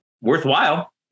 worthwhile